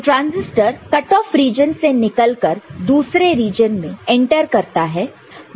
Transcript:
तो transistor cut off region से निकलकर दूसरे रीजन में एंटर करता है